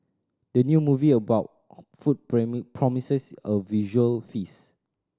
the new movie about food promises a visual feast